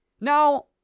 Now